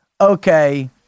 okay